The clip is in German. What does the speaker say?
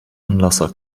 anlasser